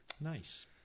Nice